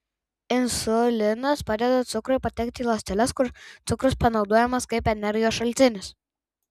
insulinas padeda cukrui patekti į ląsteles kur cukrus panaudojamas kaip energijos šaltinis